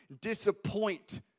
disappoint